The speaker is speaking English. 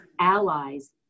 allies